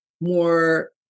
more